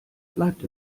bleibt